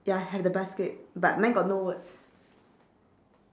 ya have the basket but mine got no words